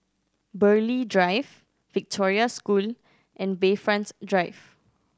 Burghley Drive Victoria School and Bayfront Drive